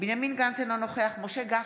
בנימין גנץ, אינו נוכח משה גפני,